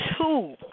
Two